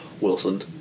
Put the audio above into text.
Wilson